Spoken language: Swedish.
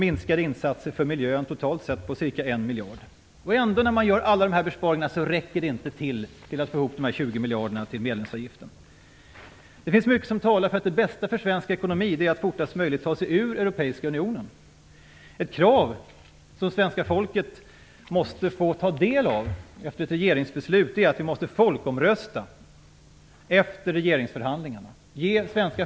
Insatserna för miljön minskas totalt med ca 1 miljard. Allt detta tillsammans räcker ändå inte för att få ihop till medlemsavgiften på 20 miljarder. Det finns mycket som talar för att det bästa för svensk ekonomi är att fortast möjligt ta sig ur den europeiska unionen. Ett krav som svenska folket har rätt att ställa är att få folkomrösta efter regeringskonferensen.